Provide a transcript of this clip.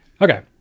Okay